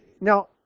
Now